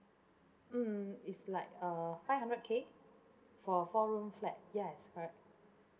mm is like uh five hundred K for four room flat ya it's correct